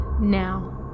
now